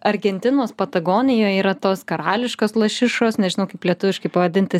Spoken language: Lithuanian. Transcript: argentinos patagonijoj yra tos karališkos lašišos nežinau kaip lietuviškai pavadinti